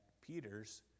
Peter's